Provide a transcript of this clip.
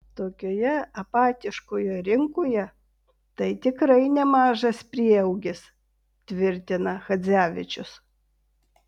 tokioje apatiškoje rinkoje tai tikrai nemažas prieaugis tvirtina chadzevičius